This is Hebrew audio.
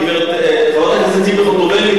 חברת הכנסת ציפי חוטובלי,